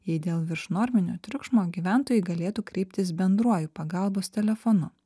jei dėl viršnorminio triukšmo gyventojai galėtų kreiptis bendruoju pagalbos telefonu